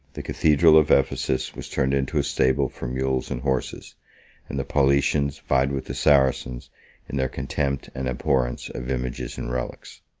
the cathedral of ephesus was turned into a stable for mules and horses and the paulicians vied with the saracens in their contempt and abhorrence of images and relics.